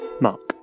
Mark